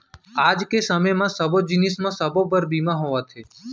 आज के समे म सब्बो जिनिस म सबो बर बीमा होवथे